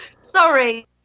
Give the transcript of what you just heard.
Sorry